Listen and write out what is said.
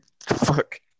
fuck